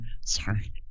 Sorry